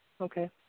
Okay